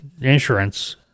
insurance